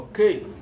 Okay